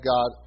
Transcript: God